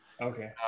Okay